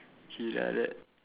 he like that